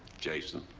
jason.